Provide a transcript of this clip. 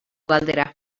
galdera